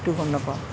সেইটো গম নেপাওঁ